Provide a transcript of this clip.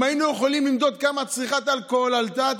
אם היינו יכולים למדוד כמה צריכת האלכוהול עלתה,